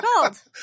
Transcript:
called